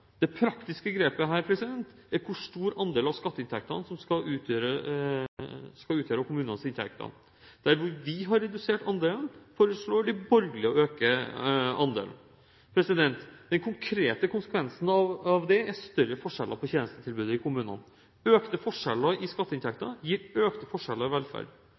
Det praktiske grepet her er hvor stor andel av skatteinntektene som skal utgjøres av kommunenes inntekter. Der hvor vi har redusert andelen, foreslår de borgerlige å øke andelen. Den konkrete konsekvensen av det er større forskjeller på tjenestetilbudet i kommunene. Økte forskjeller i skatteinntekter gir økte forskjeller i velferd.